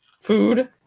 food